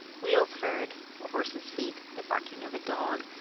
wheels heard. a horse's feet. the barking of a dog.